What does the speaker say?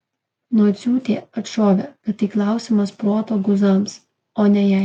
nociūtė atšovė kad tai klausimas proto guzams o ne jai